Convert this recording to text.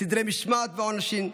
סדרי משמעת ועונשין,